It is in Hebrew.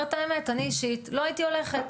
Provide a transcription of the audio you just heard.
אני אומרת את האמת: אני אישית לא הייתי הולכת.